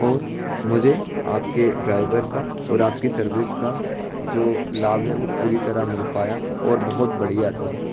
और मुझे आपके ड्राइवर का और आपकी सर्विस का जो लाभ है वो पूरी तरह मिल पाया और बहुत बढ़िया था